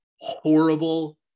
horrible